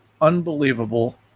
unbelievable